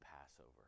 Passover